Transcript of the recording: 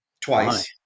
twice